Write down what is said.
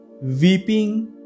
Weeping